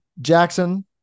Jackson